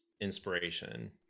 inspiration